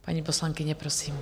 Paní poslankyně, prosím.